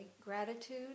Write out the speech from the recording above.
gratitude